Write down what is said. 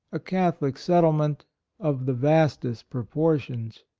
a catholic settlement of the vastest proportions.